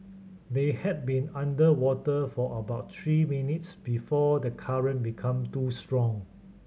they had been underwater for about three minutes before the current become too strong